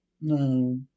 No